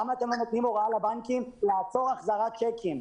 למה אתם לא נותנים הוראה לבנקים לעצור החזרת צ'קים?